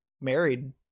married